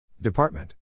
Department